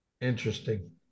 Interesting